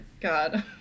God